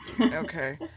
okay